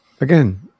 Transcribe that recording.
Again